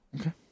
Okay